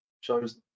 shows